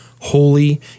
holy